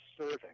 serving